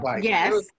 Yes